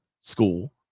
school